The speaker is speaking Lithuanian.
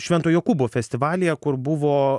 švento jokūbo festivalyje kur buvo